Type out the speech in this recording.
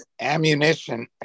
ammunition